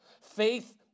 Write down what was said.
faith